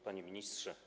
Panie Ministrze!